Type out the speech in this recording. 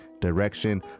direction